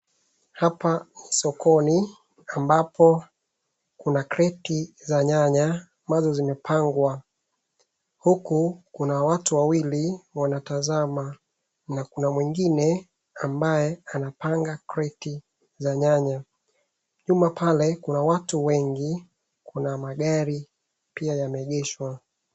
Hapa ni sokoni ambapo kuna kreti za nyanya ambazo zimepangwa. Huku kuna watu wawili wanatazama na kuna mwingine ambaye anapanga kreti za nyanya. Nyuma pale kuna watu wengi, kuna magari pia yameegeshwa.